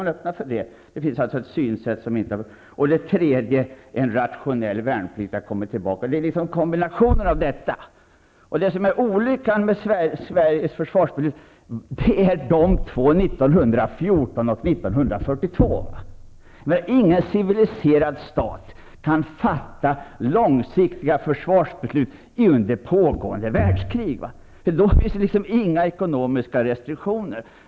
För det tredje har en rationell värnplikt kommit tillbaka. Det är kombinationen av detta som är avgörande. Olyckan i svensk försvarspolitik var låsningen i försvarsbesluten 1914 och 1942. Ingen civiliserad stat kan fatta långsiktiga försvarsbeslut under pågående världskrig. Då finns det ju inga ekonomiska restriktioner.